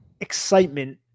excitement